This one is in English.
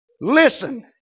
Listen